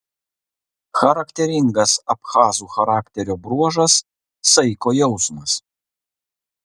charakteringas abchazų charakterio bruožas saiko jausmas